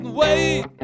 wait